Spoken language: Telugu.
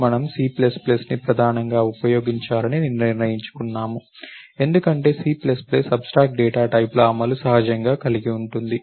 మనము Cని ప్రధానంగా ఉపయోగించాలని నిర్ణయించుకున్నాము ఎందుకంటే C అబ్స్ట్రాక్ట్ డేటా టైప్ ల అమలు సహజంగా కలిగి ఉంటుంది